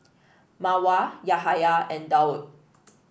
Mawar Yahaya and Daud